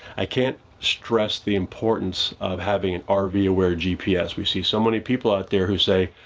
i can't stress the importance of having an um rv-aware gps. we see so many people out there who say,